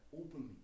openly